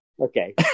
Okay